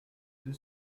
deux